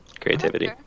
creativity